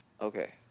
Okay